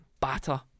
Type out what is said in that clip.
batter